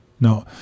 No